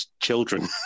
children